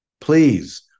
please